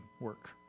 work